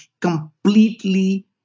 completely